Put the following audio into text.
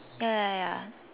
ya ya ya